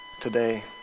today